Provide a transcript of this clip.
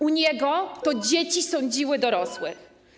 U niego to dzieci sądziły dorosłych.